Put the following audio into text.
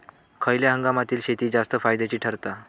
खयल्या हंगामातली शेती जास्त फायद्याची ठरता?